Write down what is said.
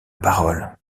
parole